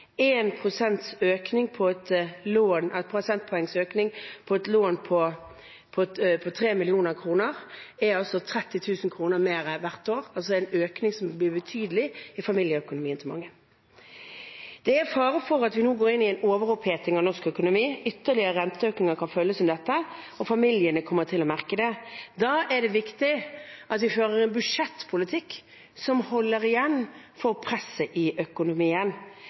økning på et lån på 3 mill. kr er altså 30 000 kr mer hvert år – altså en økning som er betydelig for familieøkonomien for mange. Det er fare for at vi går inn i en overoppheting av norsk økonomi, ytterligere renteøkninger kan føles som dette, og familiene kommer til å merke det. Da er det viktig at vi fører en budsjettpolitikk som holder igjen for presset i økonomien.